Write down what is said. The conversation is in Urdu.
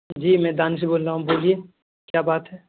جی میں دانش بول رہا ہوں بولیے کیا بات ہے